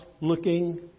looking